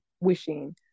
wishing